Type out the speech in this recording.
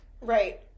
Right